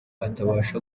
atabasha